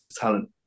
talent